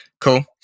Cool